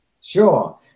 Sure